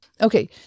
Okay